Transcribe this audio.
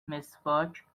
مسواک